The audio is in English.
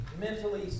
mentally